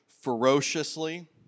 ferociously